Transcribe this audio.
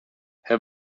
her